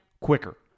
quicker